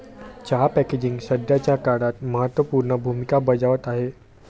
चहा पॅकेजिंग सध्याच्या काळात महत्त्व पूर्ण भूमिका बजावत आहे